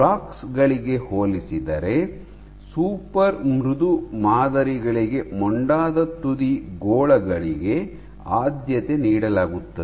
blocks ಗಳಿಗೆ ಹೋಲಿಸಿದರೆ super ಮೃದು ಮಾದರಿಗಳಿಗೆ ಮೊಂಡಾದ ತುದಿ ಗೋಳಗಳಿಗೆ ಆದ್ಯತೆ ನೀಡಲಾಗುತ್ತದೆ